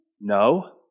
No